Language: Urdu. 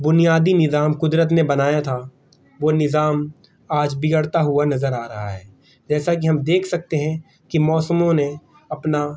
بنیادی نظام قدرت نے بنایا تھا وہ نظام آج بگڑتا ہوا نظر آ رہا ہے جیسا کہ ہم دیکھ سکتے ہیں کہ موسموں نے اپنا